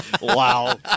Wow